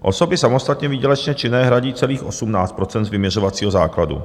Osoby samostatně výdělečně činné hradí celých 18 % z vyměřovacího základu.